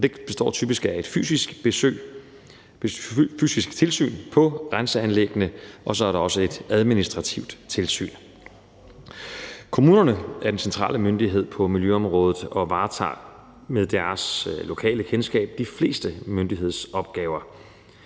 Det består typisk af et fysisk tilsyn, på renseanlæggene, og så er der også et administrativt tilsyn. Kommunerne er den centrale myndighed på miljøområdet og varetager med deres lokale kendskab de fleste myndighedsopgaver.